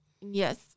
yes